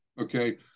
okay